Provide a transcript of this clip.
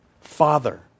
Father